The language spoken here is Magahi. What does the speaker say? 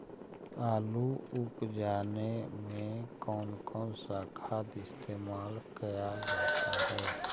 आलू उप जाने में कौन कौन सा खाद इस्तेमाल क्या जाता है?